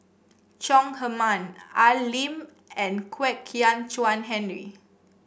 Chong Heman Al Lim and Kwek Hian Chuan Henry